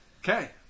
Okay